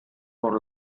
por